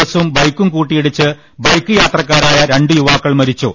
ബസും ബൈക്കും കൂട്ടിയി ടിച്ച് ബൈക്ക് യാത്രക്കാരായ രണ്ട് യുവാക്കൾ മരിച്ചു